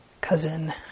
cousin